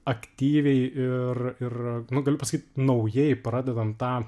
aktyviai ir ir galiu pasakyt naujai pradedam tą